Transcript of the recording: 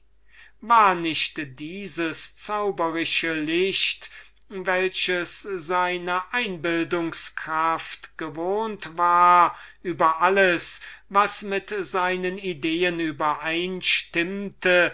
war nicht dieses zauberische licht welches seine einbildungs-kraft gewohnt war über alles was mit seinen ideen übereinstimmte